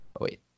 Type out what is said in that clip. wait